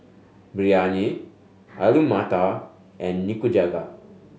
Biryani Alu Matar and Nikujaga